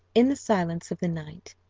in the silence of the night,